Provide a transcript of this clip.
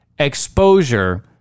Exposure